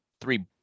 three